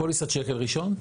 פוליסת שקל ראשון,